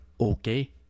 Okay